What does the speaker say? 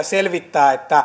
selvittää